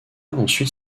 ensuite